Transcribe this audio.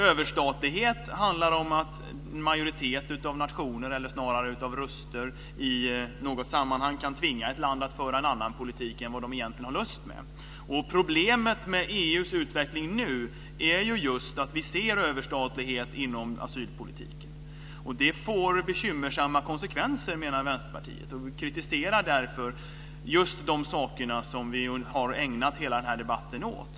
Överstatlighet handlar om att en majoritet av nationer eller snarare av röster i något sammanhang kan tvinga ett land att föra en annan politik än vad det egentligen har lust med. Problemet med EU:s utveckling nu är just att vi ser överstatlighet inom asylpolitiken. Det får bekymmersamma konsekvenser menar Vänsterpartiet, och vi kritiserar därför just de sakerna, som vi har ägnat hela den här debatten åt.